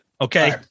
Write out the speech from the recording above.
Okay